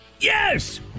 yes